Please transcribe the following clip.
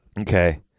Okay